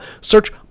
Search